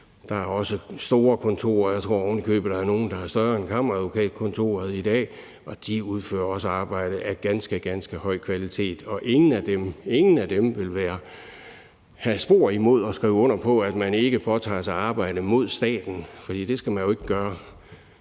Der er også store kontorer, og jeg tror ovenikøbet, at der er nogle, der er større end kammeradvokatkontoret i dag, og de udfører også arbejde af ganske, ganske høj kvalitet, og ingen af dem – ingen af dem – vil have spor imod at skrive under på, at man ikke påtager sig arbejde mod staten, for det skal man ikke gøre.